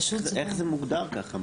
איך זה מוגדר ככה?